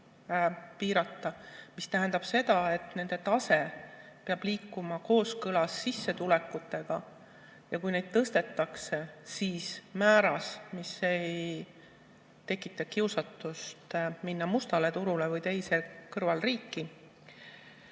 piirata. Aga nende tase peab liikuma kooskõlas sissetulekutega. Kui neid tõstetakse, siis määras, mis ei tekita kiusatust minna mustale turule või kõrvalriiki.